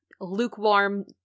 lukewarm